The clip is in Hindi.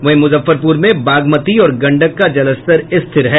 वहीं मुजफ्फरपुर में बागमती और गंडक का जलस्तर स्थिर है